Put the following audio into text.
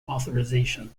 authorization